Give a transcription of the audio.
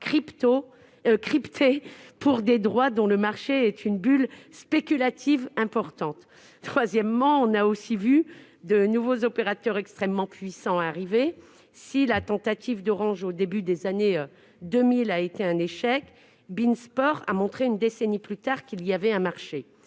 cryptées pour des droits dont le marché constitue une bulle spéculative importante. Troisièmement, nous avons vu arriver de nouveaux opérateurs extrêmement puissants. Si la tentative d'Orange, au début des années 2000, a été un échec, BeIN Sports a montré une décennie plus tard qu'il existait bien un marché.